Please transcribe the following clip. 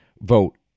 vote